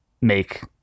make